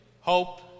hope